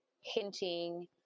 hinting